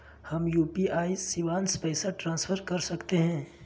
हम यू.पी.आई शिवांश पैसा ट्रांसफर कर सकते हैं?